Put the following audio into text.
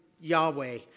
Yahweh